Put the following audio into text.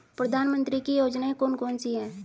प्रधानमंत्री की योजनाएं कौन कौन सी हैं?